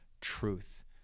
truth